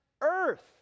earth